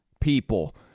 people